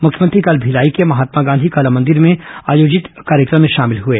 मुख्यमंत्री कल भिलाई के महात्मा गांधी कला मंदिर में आयोजित कार्यक्रम में शामिल हुए